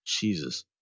Jesus